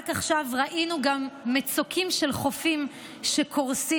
רק עכשיו ראינו גם מצוקים של חופים שקורסים,